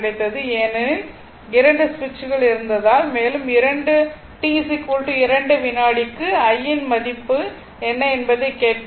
ஏனெனில் 2 சுவிட்சுகள் இருந்ததால் மேலும் t 2 வினாடிக்கு i இன் மதிப்பு என்ன என்பதைக் கேட்கப்பட்டது